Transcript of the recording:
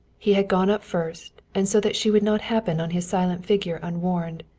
he had gone up first and so that she would not happen on his silent figure unwarned,